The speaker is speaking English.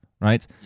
Right